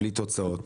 בלי תוצאות.